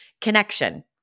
Connection